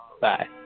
Bye